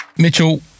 Mitchell